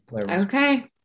Okay